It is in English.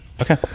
Okay